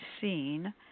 seen